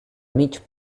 mig